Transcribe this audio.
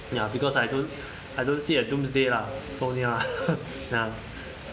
ya because I don't I don't see a doomsday lah so near uh ya